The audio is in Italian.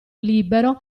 libero